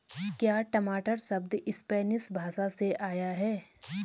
क्या टमाटर शब्द स्पैनिश भाषा से आया है?